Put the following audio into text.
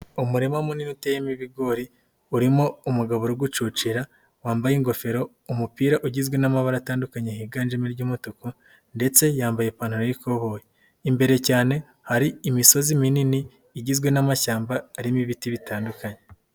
Umurima munini uteyemo ibigori, urimo umugabo uri gucocira wambaye ingofero, umupira ugizwe n'amabara atandukanye higanjemo ry'umutuku ndetse yambaye ipantaro y'ikoboyi, imbere cyane hari imisozi minini igizwe n'amashyamba arimo ibiti bitandukanye.